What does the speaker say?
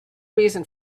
reason